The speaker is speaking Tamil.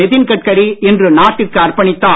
நித்தின் கட்கரி இன்று நாட்டிற்கு அர்பணித்தார்